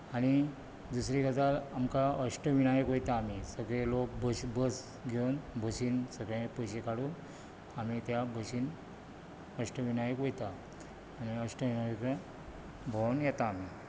आनी दुसरी गजाल आमकां अष्टविनायक वयता आमी सगळे लोक बस घेवन बशीन सगळे पयशे काडून आमी त्या बशीन अष्टविनायक वयता आनी अष्टविनाय कडेन भोंवून येता आमी